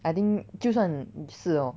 I think 就算是 hor